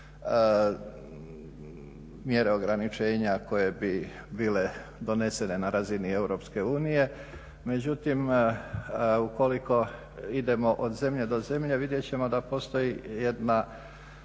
mjere ograničenja koje bi bile donesene na razini EU, međutim ukoliko idemo od zemlje do zemlje vidjet ćemo da postoji jedan